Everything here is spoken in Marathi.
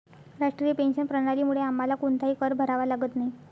राष्ट्रीय पेन्शन प्रणालीमुळे आम्हाला कोणताही कर भरावा लागत नाही